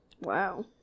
Wow